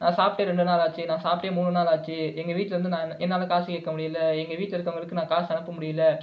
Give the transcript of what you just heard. நான் சாப்பிட்டே ரெண்டு நாள் ஆச்சு நான் சாப்பிட்டே மூணு நாள் ஆச்சு எங்கள் வீட்டில் வந்து நான் என்னால் காசு கேட்க முடியலை எங்கள் வீட்டில் இருக்கிறவங்களுக்கு நான் காசு அனுப்ப முடியலை